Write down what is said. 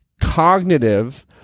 cognitive